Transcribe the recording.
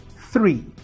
Three